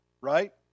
right